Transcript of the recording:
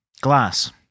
Glass